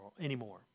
anymore